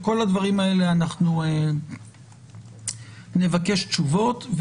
על כל הדברים האלה אנחנו נבקש תשובות.